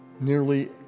nearly